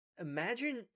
Imagine